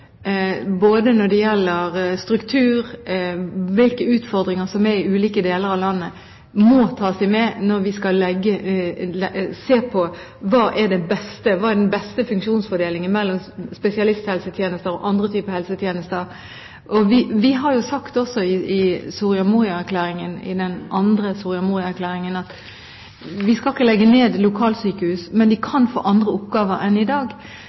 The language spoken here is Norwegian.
når det gjelder både struktur og hvilke utfordringer som er i ulike deler av landet, må tas med når vi skal se på hva som er den beste funksjonsfordelingen mellom spesialisthelsetjenester og andre typer helsetjenester. Vi har også sagt i Soria Moria II at vi ikke skal legge ned lokalsykehus, men de kan få andre oppgaver enn i dag.